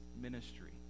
ministry